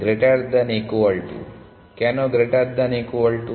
greater than equal to কেন greater than equal two